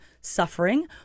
suffering